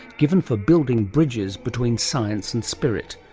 given for building bridges between science and spirit.